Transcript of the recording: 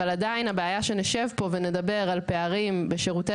אבל עדיין הבעיה שנשב פה ונדבר על פערים בשירותי